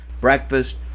breakfast